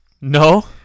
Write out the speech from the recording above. No